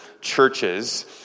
churches